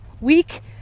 week